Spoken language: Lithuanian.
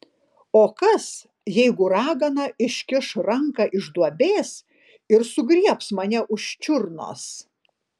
o kas jeigu ragana iškiš ranką iš duobės ir sugriebs mane už čiurnos